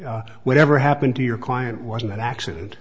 whatever happened to your client wasn't an accident